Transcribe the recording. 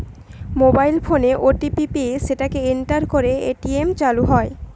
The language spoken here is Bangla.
মোবাইল ফোনে ও.টি.পি পেয়ে সেটাকে এন্টার করে এ.টি.এম চালু হয়